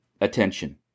attention